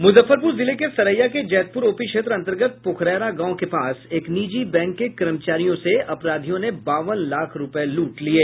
मुजफ्फरपुर जिले के सरैया के जैतपुर ओपी क्षेत्र अंतर्गत पोखरैरा गांव के पास एक निजी बैंक के कर्मचारियों से अपराधियों ने बावन लाख रुपए लूट लिये